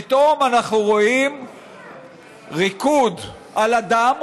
פתאום אנחנו רואים ריקוד על הדם: